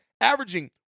Averaging